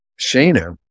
Shana